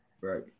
Right